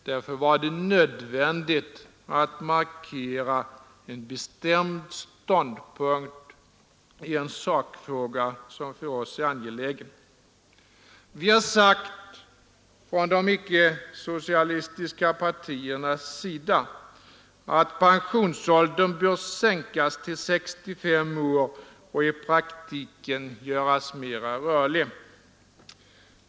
Därför var det nödvändigt att markera en bestämd ståndpunkt i en sakfråga som för oss är angelägen. Vi har sagt från de icke-socialistiska partiernas sida att pensionsåldern bör sänkas till 65 år och i praktiken göras mera rörlig.